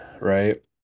right